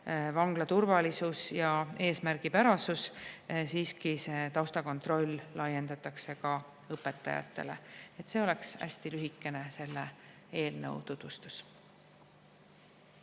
vangla turvalisus ja eesmärgipärasus, siiski see taustakontroll laiendatakse ka õpetajatele. See oleks hästi lühikene selle eelnõu tutvustus.